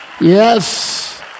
Yes